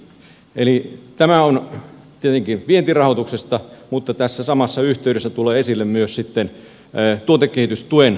eli tämä on tietenkin vientirahoituksesta mutta tässä samassa yhteydessä tulee esille myös sitten tuotekehitystuen rahoitus